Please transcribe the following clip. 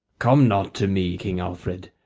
come not to me, king alfred,